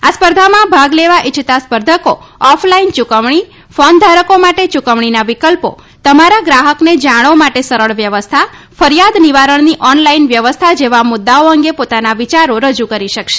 આ સ્પર્ધામાં ભાગ લેવા ઈચ્છતા સ્પર્ધકો ઓફ લાઈન ચુકવણી ફોન ધારકો માટે યુકવણીના વિકલ્પો તમારા ગ્રાહકને જાણી માટે સરળ વ્યવસ્થા ફરીયાદ નિવારણની ઓનલાઈન વ્યવસ્થા જેવા મુદૃઓ અંગે પોતાના વિયારો રજુ કરી શકશે